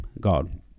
God